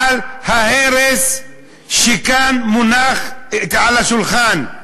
על ההרס שכאן מונח על השולחן.